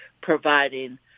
providing